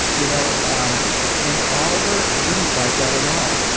you know um and oliver didn't fight that at all,